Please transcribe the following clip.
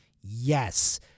yes